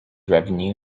revenue